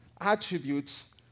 attributes